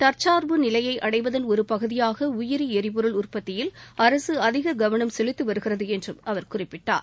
தற்சார்பு நிலையை அடைவதன் ஒரு பகுதியாக உயிரி எரிபொருள் உற்பத்தியில் அரசு அதிக கவனம் செலுத்தி வருகிறது என்று அவர் குறிப்பிட்டார்